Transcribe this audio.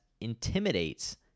intimidates